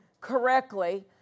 correctly